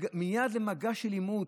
מייד למגע של עימות,